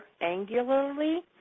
angularly